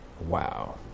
wow